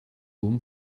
room